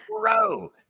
Bro